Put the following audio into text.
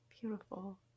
Beautiful